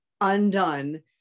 undone